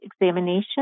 examination